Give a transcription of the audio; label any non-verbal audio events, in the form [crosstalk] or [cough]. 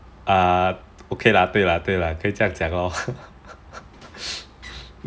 err okay lah 对啦对啦可以这样讲 lor [laughs]